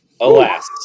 Alas